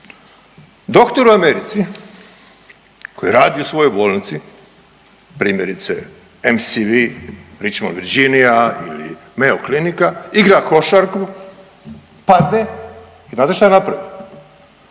Doktor u Americi koji radi u svojoj bolnici primjerice MSV pričamo Virginija ili Mayo Clinic, igra košarku, padne i znate šta je napravio,